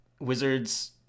wizards